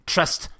Trust